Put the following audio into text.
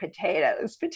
potatoes